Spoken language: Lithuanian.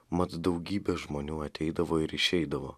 mat daugybė žmonių ateidavo ir išeidavo